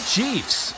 Chiefs